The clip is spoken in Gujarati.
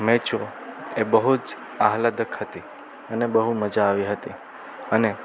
મેચ એ બહુત આહલાદક હતી અને બહુ મજા આવી હતી અને